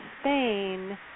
Spain